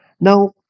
now